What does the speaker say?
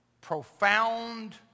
profound